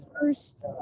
first